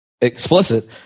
explicit